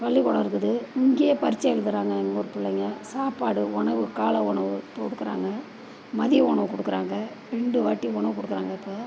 பள்ளிக்கூடம் இருக்குது இங்கேயே பரிட்சை எழுதுறாங்க எங்கள் ஊர் பிள்ளைங்க சாப்பாடு உணவு காலை உணவு இப்போ கொடுக்குறாங்க மதிய உணவு கொடுக்குறாங்க ரெண்டுவாட்டி உணவு கொடுக்குறாங்க இப்போ